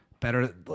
Better